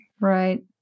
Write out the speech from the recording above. Right